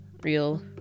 real